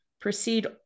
proceed